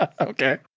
Okay